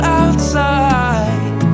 outside